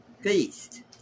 Feast